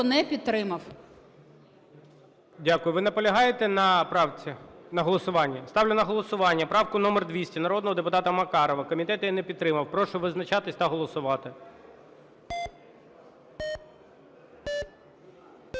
не підтримав. ГОЛОВУЮЧИЙ. Дякую. Ви наполягаєте на правці? На голосуванні? Ставлю на голосування правку номер 200 народного депутата Макарова. Комітет її не підтримав. Прошу визначатись та голосувати.